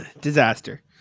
disaster